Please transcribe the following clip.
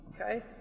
Okay